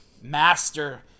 Master